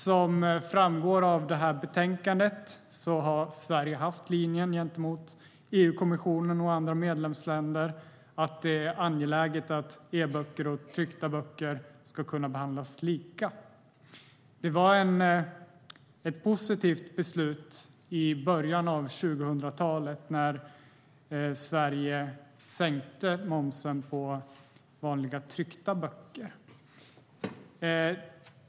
Som framgår av betänkandet har Sverige haft linjen gentemot EU-kommissionen och andra medlemsländer att det är angeläget att e-böcker och tryckta böcker behandlas lika. Det var ett positivt beslut i början av 2000-talet när momsen på vanliga tryckta böcker sänktes i Sverige.